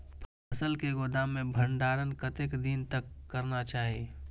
फसल के गोदाम में भंडारण कतेक दिन तक करना चाही?